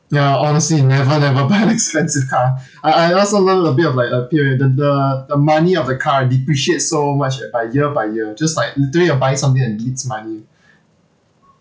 ya honestly never never buy like expensive car I I also learn a bit of like ah the money of your car it depreciates so much eh by year by year just like today you're buying something that bleeds money